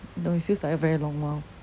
no it feels like a very long while